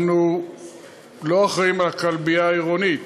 אנחנו לא אחראים על הכלבייה העירונית,